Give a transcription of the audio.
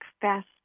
fast